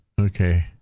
okay